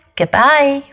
goodbye